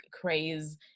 craze